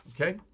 Okay